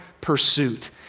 pursuit